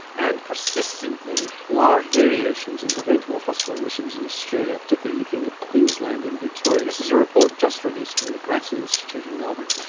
and persistently large variations in preventable hospital admissions in australia, particularly looking at queensland and victoria. this is a report just released from the grattan institute in melbourne.